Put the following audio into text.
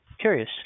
Curious